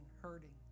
hurting